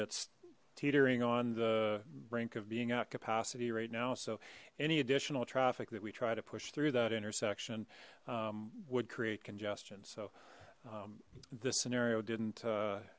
that's teetering on the brink of being out capacity right now so any additional traffic that we try to push through that intersection would create congestion so this scenario didn't